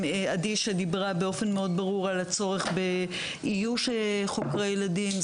עדי דיברה באופן מאוד ברור על הצורך באיוש חוקרי ילדים,